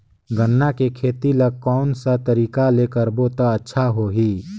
गन्ना के खेती ला कोन सा तरीका ले करबो त अच्छा होही?